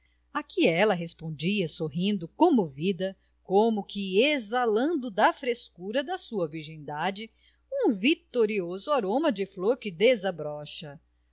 que ela respondia sorrindo comovida como que exalando da frescura da sua virgindade um vitorioso aroma de flor que desabrocha